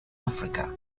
africa